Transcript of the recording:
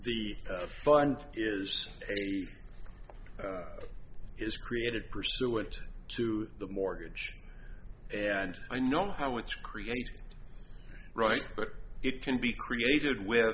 the fund is is created pursuant to the mortgage and i know how it's created right but it can be created with